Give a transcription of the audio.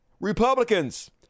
Republicans